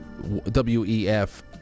WEF